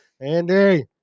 Andy